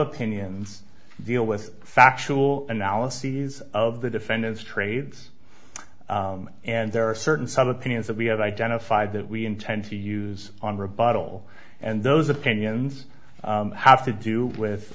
opinions deal with factual analyses of the defendant's trades and there are certain some opinions that we have identified that we intend to use on rebuttal and those opinions have to do with